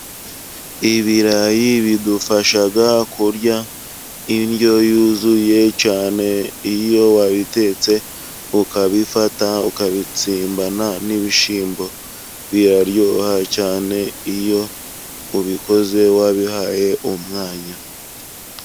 Ibirayi bidufasha kurya indyo yuzuye cyane iyo wabitetse ukabifata ukabitsimbana n'ibishimbo, biraryoha cyane iyo ubikoze wabihaye umwanya.